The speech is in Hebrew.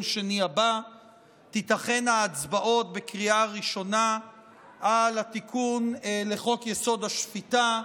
שני הבא תיתכנה הצבעות בקריאה ראשונה על התיקון לחוק-יסוד: השפיטה.